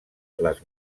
les